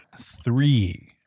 Three